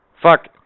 Fuck